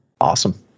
Awesome